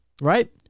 Right